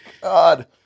God